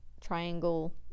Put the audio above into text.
triangle